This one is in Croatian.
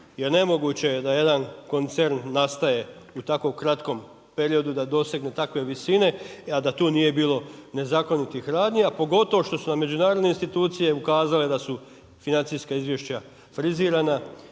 Jer nemoguće je da jedan koncern nastaje u tako kratkom periodu da dosegne takve visine, a da tu nije bilo nezakonitih radnji, a pogotovo što su nam međunarodne institucije ukazale da su financijska izvješća frizirana